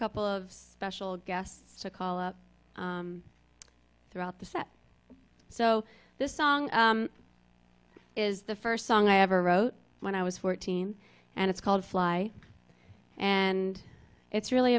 couple of special guests to call up throughout the set so this song is the first song i ever wrote when i was fourteen and it's called fly and it's really